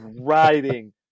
riding